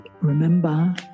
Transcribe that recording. remember